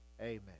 Amen